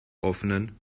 offenen